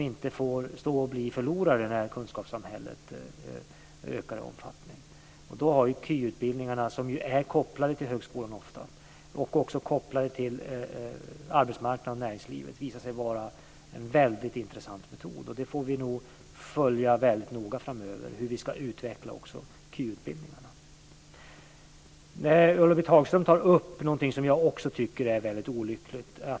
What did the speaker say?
De får inte bli förlorare när kunskapssamhället ökar i omfattning. Då har KY utbildningarna, som ofta är kopplade till högskolorna och även till arbetsmarknaden och näringslivet, visat sig vara en väldigt intressant metod. Vi får nog framöver väldigt noga följa hur vi ska utveckla också KY Ulla-Britt Hagström tar upp något som också jag tycker är väldigt olyckligt.